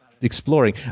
exploring